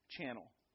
channel